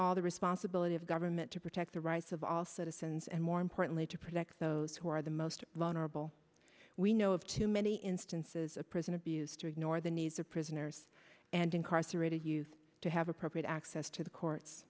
all the responsibility of government to protect the right yes of all citizens and more importantly to protect those who are the most vulnerable we know of too many instances of prison abuse to ignore the needs of prisoners and incarcerated use to have appropriate access to the courts